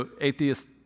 atheist